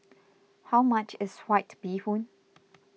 how much is White Bee Hoon